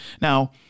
Now